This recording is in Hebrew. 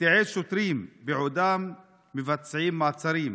ותיעד שוטרים בעודם מבצעים מעצרים.